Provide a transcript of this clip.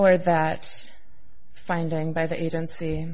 of that finding by the agency